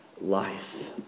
life